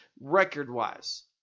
record-wise